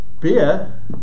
beer